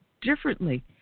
differently